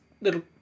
Little